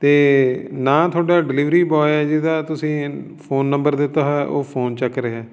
ਅਤੇ ਨਾ ਤੁਹਾਡਾ ਡਿਲੀਵਰੀ ਬੋਆਏ ਜਿਹਦਾ ਤੁਸੀਂ ਫੋਨ ਨੰਬਰ ਦਿੱਤਾ ਹੋਇਆ ਉਹ ਫੋਨ ਚੱਕ ਰਿਹਾ